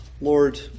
Lord